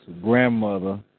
grandmother